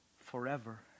forever